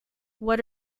what